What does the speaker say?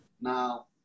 Now